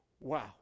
Wow